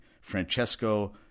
Francesco